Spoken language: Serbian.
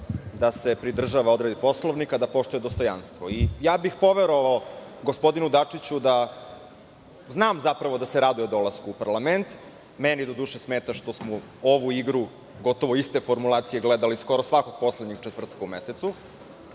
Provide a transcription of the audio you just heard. da se pridržava odredbi Poslovnika, da poštuje dostojanstvo. Poverovao bih gospodinu Dačiću da znam da se radi o dolasku u parlament, meni doduše smeta što smo ovu igru gotovo iste formulacije gledali skoro svakog poslednjeg četvrtka u mesecu.